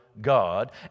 God